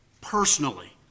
personally